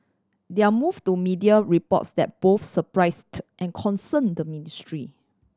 their move to media reports that both surprised and concerned the ministry